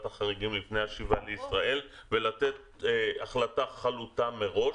החריגים לפני השיבה לישראל ולתת החלטה חלוטה מראש.